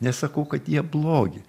nesakau kad jie blogi